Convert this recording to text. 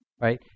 right